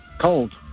Cold